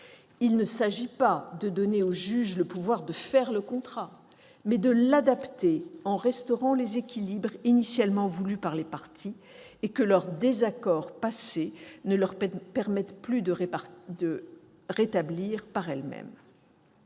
Il ne s'agit pas de donner au juge le pouvoir de faire le contrat, mais de l'adapter, en restaurant les équilibres initialement voulus par les parties que leurs désaccords passés ne leur permettent plus de rétablir par elles-mêmes.